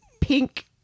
pink